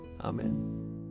Amen